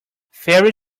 fairy